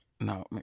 No